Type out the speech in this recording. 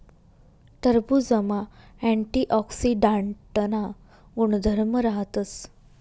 टरबुजमा अँटीऑक्सीडांटना गुणधर्म राहतस